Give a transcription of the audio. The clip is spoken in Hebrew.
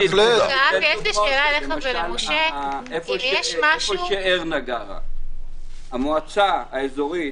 למשל, היכן שארנה גרה, המועצה האיזורית